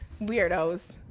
Weirdos